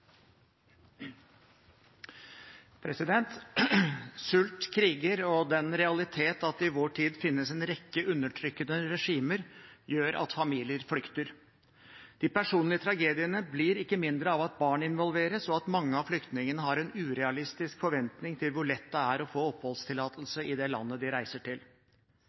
Sult, kriger og den realitet at det i vår tid finnes en rekke undertrykkende regimer, gjør at familier flykter. De personlige tragediene blir ikke mindre av at barn involveres, og at mange av flyktningene har en urealistisk forventning til hvor lett det er å få oppholdstillatelse i det landet de reiser til.